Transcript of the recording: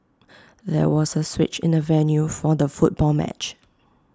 there was A switch in the venue for the football match